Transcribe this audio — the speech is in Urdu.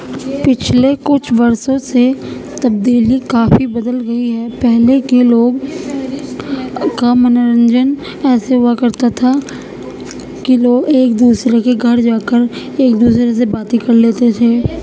پچھلے کچھ برسوں سے تبدیلی کافی بدل گئی ہے پہلے کے لوگ کا منورنجن ایسے ہوا کرتا تھا کہ لوگ ایک دوسرے کے گھر جا کر ایک دوسرے سے باتیں کر لیتے تھے